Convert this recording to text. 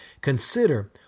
consider